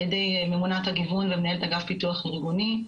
על ידי ממונת הגיוון ומנהלת אגף פיתוח ארגוני,